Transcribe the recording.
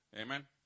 Amen